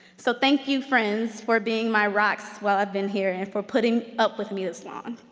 so thank you friends for being my rocks while i've been here and for putting up with me this long.